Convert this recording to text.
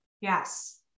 Yes